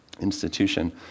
Institution